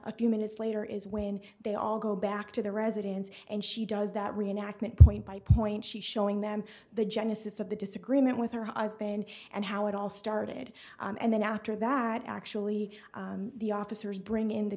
a few minutes later is when they all go back to the residence and she does that reenactment point by point she showing them the genesis of the disagreement with her husband and how it all started and then after that actually the officers bring in the